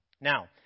Now